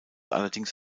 allerdings